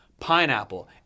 pineapple